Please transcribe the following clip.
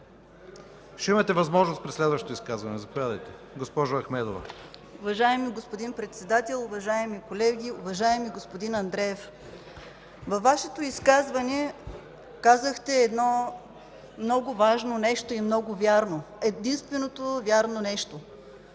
ще имате възможност при следващото изказване. Заповядайте, госпожо Ахмедова. ФЕРИХАН АХМЕДОВА (ДПС): Уважаеми господин Председател, уважаеми колеги, уважаеми господин Андреев! Във Вашето изказване казахте едно много важно и много вярно нещо – единственото вярно нещо,